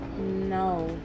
no